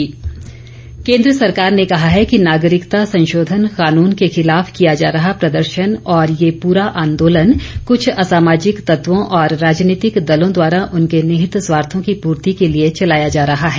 सरकार सीएए भ्रम केंद्र सरकार ने कहा है कि नागरिकता संशोधन कानून के खिलाफ किया जा रहा प्रदर्शन और यह पूरा आंदोलन कुछ असामाजिक तत्वों और राजनीतिक दलों द्वारा उनके निहित स्वार्थों की पूर्ति के लिए चलाया जा रहा है